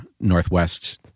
northwest